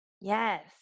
Yes